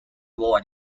wore